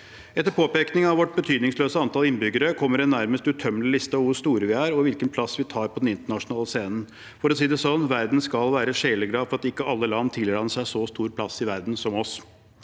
Etter påpekning av vårt betydningsløse antall innbyggere kommer en nærmest utømmelig liste over hvor store vi er, og hvilken plass vi tar på den internasjonale scenen. For å si det sånn: Verden skal være sjeleglad for at ikke alle land tilraner seg en så stor plass i verden som oss.